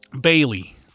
Bailey